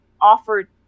offered